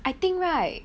I think right